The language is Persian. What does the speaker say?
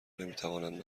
نمیتوانند